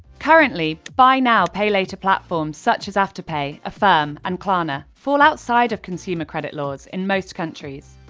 currently, buy now, pay later platforms such as afterpay, affirm and klarna fall outside of consumer credit laws in most countries.